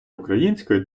українською